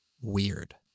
weird